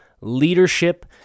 leadership